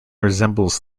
resembles